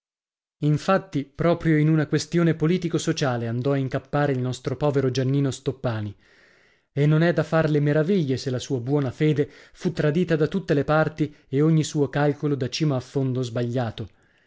infatti proprio in una questione politico sociale andò a incappare il nostro povero giannino stoppani e non è da far le meraviglie se la sua buona fede fu tradita da tutte le parti e ogni suo calcolo da cima a fondo sbagliato